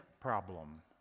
problem